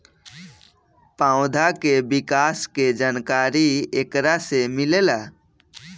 पौधा के विकास के जानकारी एकरा से मिलेला